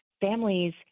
families